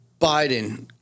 Biden